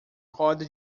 roda